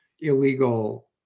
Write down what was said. illegal